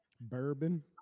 Bourbon